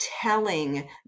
telling